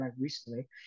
recently